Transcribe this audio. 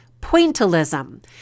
pointillism